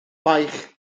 baich